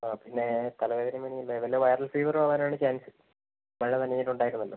ആ പിന്നെ തലവേദനയും പനിയും അല്ലേ ഇത് വൈറൽ ഫിവർ അവൻ ആണ് ചാൻസ് മഴ നനഞ്ഞിട്ട് ഉണ്ടായിരുന്നല്ലോ